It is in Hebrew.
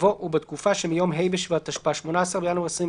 יבוא "ובתקופה שמיום ה' בשבט התשפ"א (18 בינואר 2021)